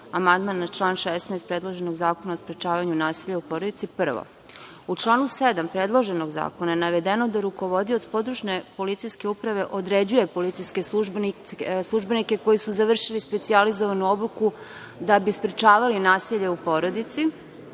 amandman na član 16. predloženog Zakona o sprečavanju nasilja u porodici, iz sledećih razloga. Prvo, u članu 7. predloženog Zakona je navedeno da rukovodioc podružne policijske uprave određuje policijske službenike koji su završili specijalizovanu obuku da bi sprečavali nasilje u porodici